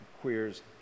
queers